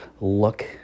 look